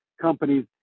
companies